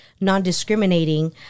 non-discriminating